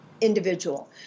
individual